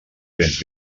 cents